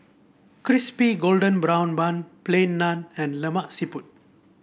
Crispy Golden Brown Bun Plain Naan and Lemak Siput